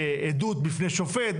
בעדות בפני שופט,